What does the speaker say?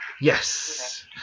Yes